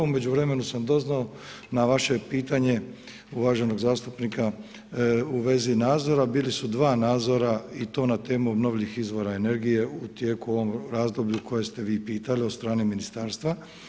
U međuvremenu sam doznao na vaše pitanje uvaženog zastupnika u vezi nazora, bili su 2 nazora i to na temu obnovljiv ih izvora energije u tijeku ovog razdoblju kojeg ste vi pitali od strane ministarstva.